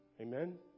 Amen